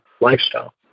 lifestyle